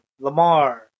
Lamar